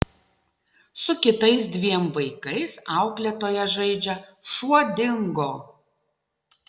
su kitais dviem vaikais auklėtoja žaidžia šuo dingo